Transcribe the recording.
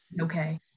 Okay